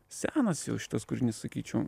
senas jau šitas kūrinys sakyčiau